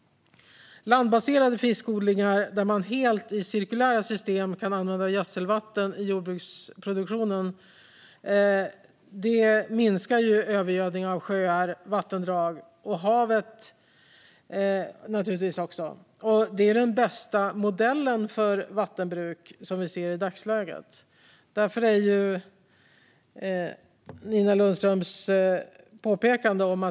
Landbaserade fiskodlingar där man i helt cirkulära system kan använda gödselvatten i jordbruksproduktionen minskar övergödning av sjöar, vattendrag och havet. Det är den i dagsläget bästa modellen för vattenbruk. Platsen är alltså viktig, precis som Nina Lundströms nämnde.